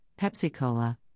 Pepsi-Cola